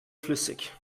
flüssig